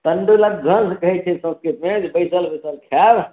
तण्डुलक भोज कहैत छै संस्कृतमे जे बैसल बैसल खायब